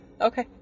Okay